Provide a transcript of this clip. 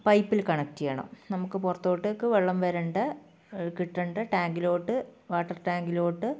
പൈപ്പിൽ കണക്ട് ചെയ്യണം നമുക്ക് പുറത്തോട്ടേക്ക് വെള്ളം വരേണ്ട കിട്ടേണ്ട ടാങ്കിലോട്ട് വാട്ടർ ടാങ്കിലോട്ട്